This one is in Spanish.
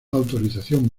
autorización